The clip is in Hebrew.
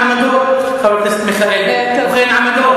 העם הפלסטיני להקים מדינה עצמאית,